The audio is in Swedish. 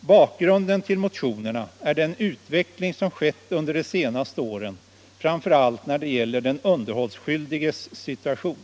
Bakgrunden till motionerna är den utveckling som skett under de senaste åren framför allt när det gäller den underhållsskyldiges situation.